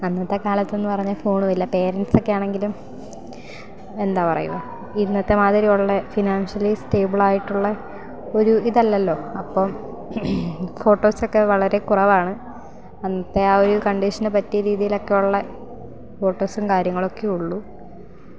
അന്നത്തെ കാലത്തെന്ന് പറഞ്ഞാൽ ഫോണും ഇല്ല പേരൻറ്റ്സൊക്കെ ആണെങ്കിലും എന്താ പറയുക ഇന്നത്തെ മാതിരി ഉള്ള ഫിനാൻഷ്യലി സ്റ്റേബിളായിട്ടുള്ള ഒരു ഇതല്ലല്ലോ അപ്പം ഫോട്ടോസൊക്കെ വളരെ കുറവാണ് അന്നത്തെ ആ ഒരു കണ്ടീഷന് പറ്റിയ രീതിയിലൊക്കെ ഉള്ള ഫോട്ടോസും കാര്യങ്ങളും ഒക്കെയേ ഉള്ളു